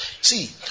See